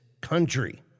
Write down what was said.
country